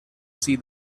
see